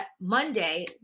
Monday